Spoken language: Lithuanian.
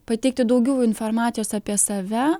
pateikti daugiau informacijos apie save